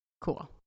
cool